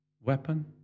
weapon